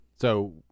So-